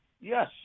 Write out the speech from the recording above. Yes